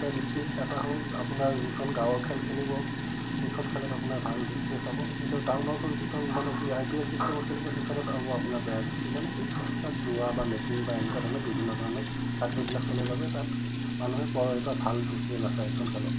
দুটা দৃষ্টি এটা হ'ল আপোনাৰ যিখন গাঁৱৰ খেল খেলিব সেইখন খেলত আপোনাৰ ভাল দৃষ্টিৰে চাব কিন্তু টাউনৰখন যিখন মানে কি আই পি এল ছিষ্টেমত খেলিব সেইখনত আকৌ আপোনাৰ বেয়া দৃষ্টি মানে কি তাত জোৱা বা মেকিং বা এনেকুৱা ধৰণৰ বিভিন্ন ধণৰ কাৰ্যবিলাক চলে বাবে তাত মানুহে বৰ এটা ভাল দৃষ্টিৰে নাচাই সেইখন খেলক